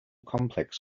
complex